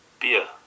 Beer